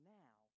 now